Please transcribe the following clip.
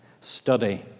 study